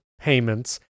payments